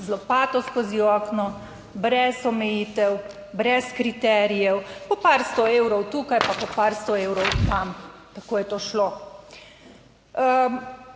z lopato skozi okno, brez omejitev, brez kriterijev, po par 100 evrov tukaj, pa po par 100 evrov tam, tako je to šlo.